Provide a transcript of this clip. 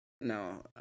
no